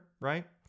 right